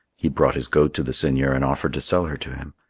he brought his goat to the seigneur and offered to sell her to him,